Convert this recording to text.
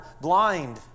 blind